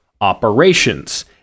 operations